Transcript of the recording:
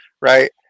Right